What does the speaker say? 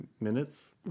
minutes